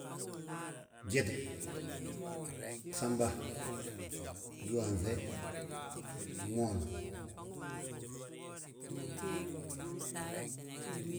gyete, gsamba, gdúwaanŧe, gmoon